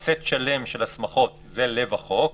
סט שלם של הסמכות, וזה לב החוק.